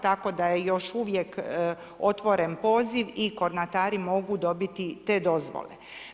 Tako da je još uvijek otvoren poziv i Kornatari mogu dobiti te dozvole.